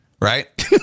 right